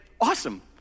awesome